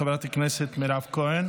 אם הראשית, ")("